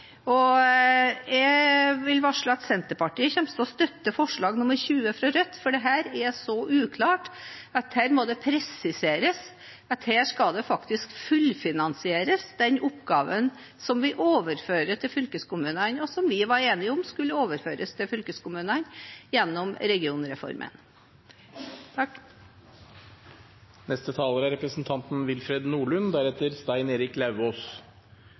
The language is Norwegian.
Jeg vil varsle om at Senterpartiet kommer til å støtte forslag nr. 20, fra Rødt, for dette er så uklart at her må det presiseres at den oppgaven som vi overfører til fylkeskommunene, og som vi var enige om skulle overføres til fylkeskommunene gjennom regionreformen,